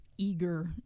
eager